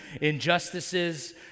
injustices